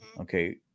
Okay